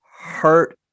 hurt